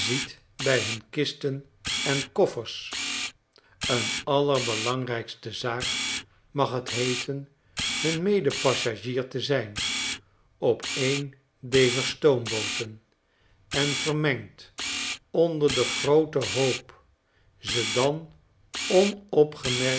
bij hun kisten en koffers een allerbelangrijkste zaak mag het heeten hun medepassagier te zijn op een dezer stoombooten en vermengd onder den grooten hoop ze dan onopgemerkt